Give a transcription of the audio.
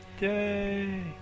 Yay